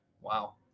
Wow